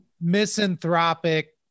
misanthropic